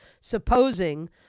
supposing